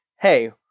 hey